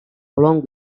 along